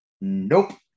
Nope